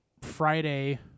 Friday